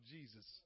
Jesus